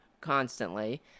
constantly